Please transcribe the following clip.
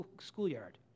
schoolyard